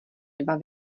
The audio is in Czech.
dva